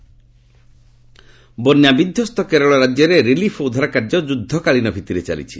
Kerala rain ବନ୍ୟା ବିଧ୍ୱସ୍ତ କେରଳ ରାଜ୍ୟରେ ରିଲିଫ୍ ଓ ଉଦ୍ଧାର କାର୍ଯ୍ୟ ଯୁଦ୍ଧକାଳୀନ ଭିତ୍ତିରେ ଚାଲିଛି